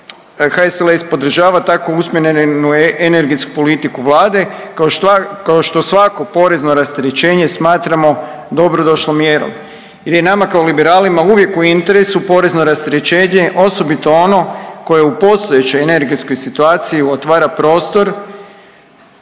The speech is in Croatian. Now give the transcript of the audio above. HSLS podržava tako usmjerenu energetsku politiku vlade kao što svako porezno rasterećenje smatramo dobrodošlom mjerom jer je nama kao liberalima uvijek u interesu porezno rasterećenje, osobito ono koje u postojećoj energetskoj situaciji otvara prostor